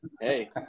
hey